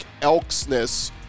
Elksness